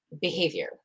behavior